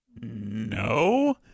No